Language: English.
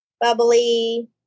bubbly